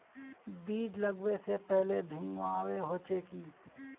बीज लागबे से पहले भींगावे होचे की?